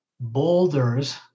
boulders